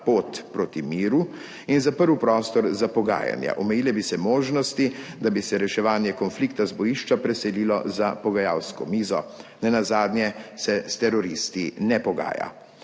pot proti miru in zaprl prostor za pogajanja, omejile bi se možnosti, da bi se reševanje konflikta z bojišča preselilo za pogajalsko mizo. Nenazadnje se s teroristi ne pogaja.